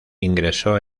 ingresó